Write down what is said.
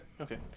Okay